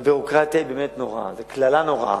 והביורוקרטיה היא באמת נוראה, זו קללה נוראה,